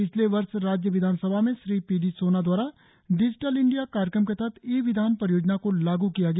पिछले वर्ष राज्य विधानसभा में श्री पी डी सोना द्वारा डिजिटल इंडिया कार्यक्रम के तहत ई विधान परियोजना को लागू किया गया